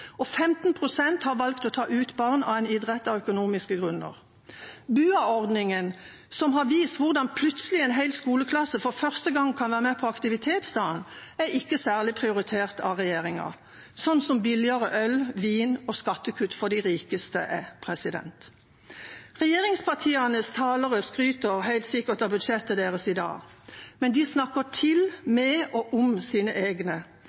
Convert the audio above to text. og 15 pst. har valgt å ta barn ut av en idrett av økonomiske grunner. BUA-ordningen, som har vist hvordan en hel skoleklasse plutselig for første gang kan være med på aktivitetsdagen, er ikke særlig prioritert av regjeringa – sånn som billigere øl, vin og skattekutt for de rikeste er. Regjeringspartienes talere skryter helt sikkert av budsjettet sitt i dag, men de snakker til,